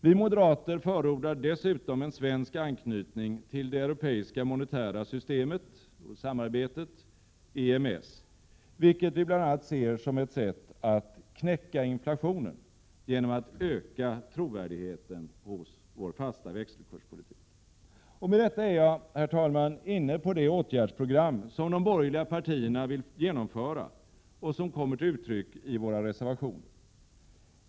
Vi moderater förordar dessutom en svensk anknytning till det europeiska monetära samarbetet, EMS, vilket vi bl.a. ser som ett sätt att knäcka inflationen genom att öka trovärdigheten hos vår fasta växelkurspolitik. Med detta är jag, herr talman, inne på det åtgärdsprogram som de borgerliga partierna vill genomföra och som kommer till uttryck i våra reservationer.